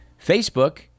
Facebook